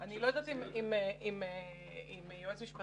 אני חושב --- אני לא יודעת אם יועץ משפטי